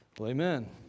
amen